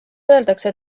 öeldakse